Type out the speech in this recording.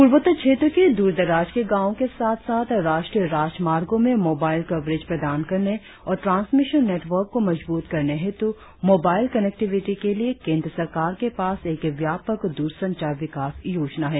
पूर्वोत्तर क्षेत्र के दूरदराज के गांवों के साथ साथ राष्ट्रीय राजमार्गों में मोबाइल कवरेज प्रदान करने और ट्रांसमिशन नेटवर्क को मजब्रत करने हेतु मोबाइल कनेक्टिविटी के लिए केंद्र सरकार के पास एक व्यापक द्रसंचार विकास योजना है